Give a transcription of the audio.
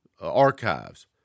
archives